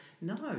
no